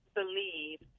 believe